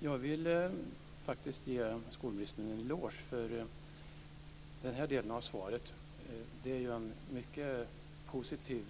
Fru talman! Jag vill ge skolministern en eloge för den här delen av svaret. Det är en mycket positiv